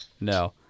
No